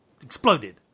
exploded